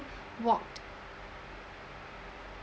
walked